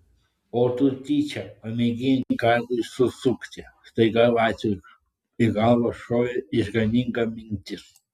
o tu tyčia pamėgink kaziui susukti staiga vaciui į galvą šovė išganinga mintis